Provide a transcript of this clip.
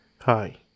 Hi